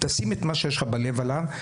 תשים את מה שיש לך בלב עליו,